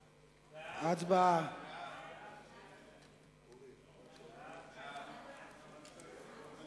ההצעה להעביר את הצעת חוק יועץ משפטי למשרדי הממשלה,